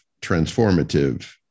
transformative